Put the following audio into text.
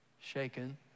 shaken